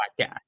podcast